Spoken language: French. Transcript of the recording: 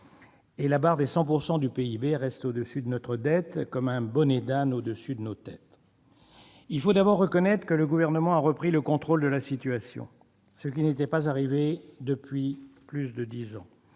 La barre des 100 % du PIB reste au-dessus de notre dette comme un bonnet d'âne au-dessus de nos têtes. Il faut d'abord reconnaître que le Gouvernement a repris le contrôle de la situation, ce qui n'était pas arrivé depuis plus de dix ans.